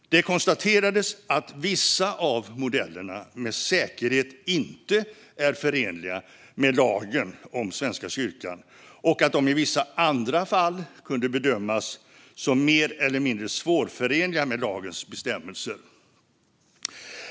Det konstaterades att vissa av modellerna med säkerhet inte är förenliga med lagen om Svenska kyrkan och att de i vissa andra fall kunde bedömas som mer eller mindre svårförenliga med lagens bestämmelser.